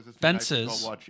fences